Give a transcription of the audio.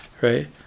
right